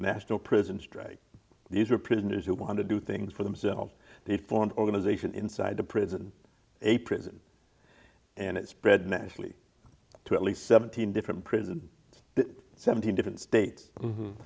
national prison strike these were prisoners who want to do things for themselves the front organization inside the prison a prison and it spread nationally to at least seventeen different prison seventeen different states